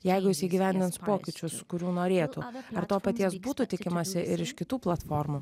jeigu jis įgyvendins pokyčius kurių norėtų ar to paties būtų tikimasi ir iš kitų platformų